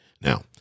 Now